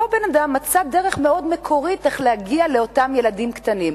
אותו בן-אדם מצא דרך מאוד מקורית איך להגיע לאותם ילדים קטנים.